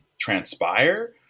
transpire